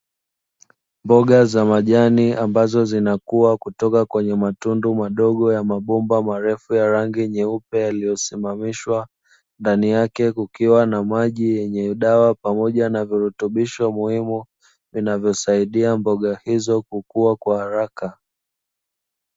Mboga za majani ambazo zinakuwa kutoka kwenye matundu madogo ya mabomba marefu ya rangi nyeupe yaliyosimamishwa, ndani yake kukiwa na maji yenye dawa pamoja na virutubisho muhimu vinavyosaidia mboga hizo kukua kwa haraka.